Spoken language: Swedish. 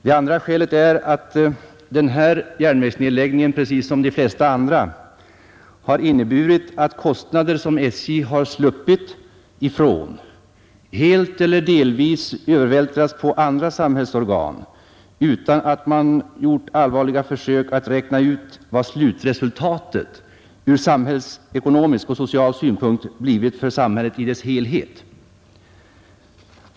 Det andra skälet är att den här järnvägsnedläggningen, precis som de flesta andra, har inneburit att kostnader som SJ har sluppit ifrån helt eller delvis övervältrats på andra samhällsorgan, utan att man gjort allvarliga försök att räkna ut vad slutresultatet ur ekonomisk och social synpunkt blivit för samhället i dess helhet.